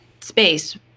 space